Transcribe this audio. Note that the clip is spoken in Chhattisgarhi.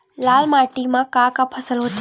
लाल माटी म का का फसल होथे?